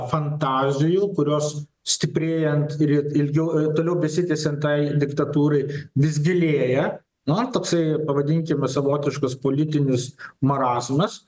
fantazijų kurios stiprėjant ir ilgiau toliau besitęsiant tai diktatūrai vis gilėja na toksai pavadinkime savotiškas politinis marazmas